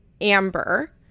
Amber